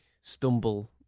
stumble